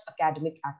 academic